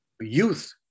Youth